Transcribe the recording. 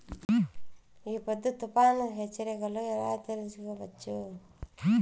ఈ పొద్దు తుఫాను హెచ్చరికలు ఎలా తెలుసుకోవచ్చు?